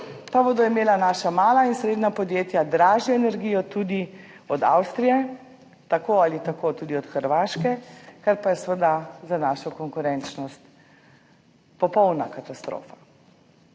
k sosedom. Naša mala in srednja podjetja bodo imela dražjo energijo tudi od Avstrije, tako ali tako tudi od Hrvaške, kar pa je seveda za našo konkurenčnost popolna katastrofa.